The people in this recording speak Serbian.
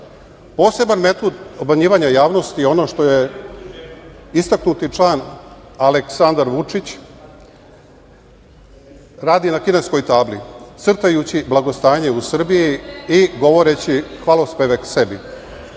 Kosovom. Poseban metod obmanjivanja javnosti je ono što istaknuti član Aleksandar Vučić radi na kineskoj tabli, crtajući blagostanje u Srbiji i govoreći hvalospeve sebi.